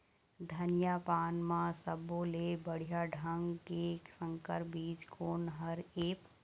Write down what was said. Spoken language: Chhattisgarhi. धनिया पान म सब्बो ले बढ़िया ढंग के संकर बीज कोन हर ऐप?